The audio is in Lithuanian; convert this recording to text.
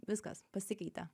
viskas pasikeitė